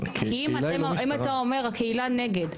כי אם אתה אומר הקהילה נגד,